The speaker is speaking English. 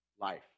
life